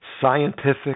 scientific